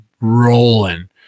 rolling